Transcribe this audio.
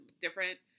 different